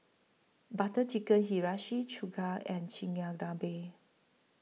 Butter Chicken Hiyashi Chuka and Chigenabe